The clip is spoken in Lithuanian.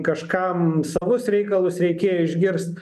kažkam savus reikalus reikėjo išgirst